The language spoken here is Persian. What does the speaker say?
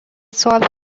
سوال